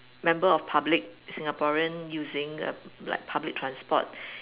member of public Singaporean using a like public transport